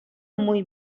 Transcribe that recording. muy